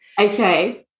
okay